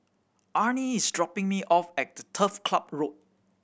Arne is dropping me off at the Turf Club Road